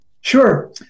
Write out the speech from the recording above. Sure